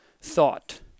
thought